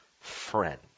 friend